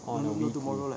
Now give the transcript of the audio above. oh no me too